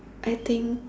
I think